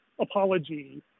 apology